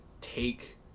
take